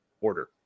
order